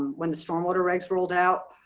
when the storm water regs rolled out